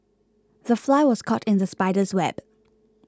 the fly was caught in the spider's web